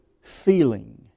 feeling